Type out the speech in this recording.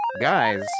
guys